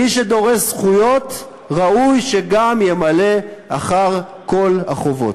מי שדורש זכויות, ראוי שגם ימלא אחר כל החובות.